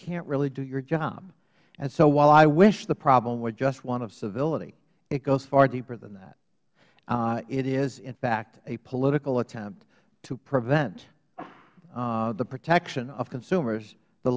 can't really do your job and so while i wish the problem were just one of civility it goes far deeper than that it is in fact a political attempt to prevent the protection of consumers the